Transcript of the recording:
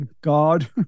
God